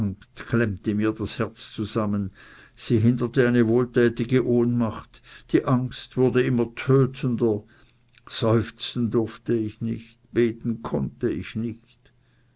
mir das herz zusammen sie hinderte eine wohltätige ohnmacht die angst wurde immer tötender seufzen durfte ich nicht beten konnte ich nicht